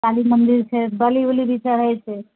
काली मन्दिर छै बलि उली भी चढ़ैत छै